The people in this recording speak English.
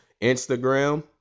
Instagram